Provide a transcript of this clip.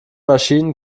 maschinen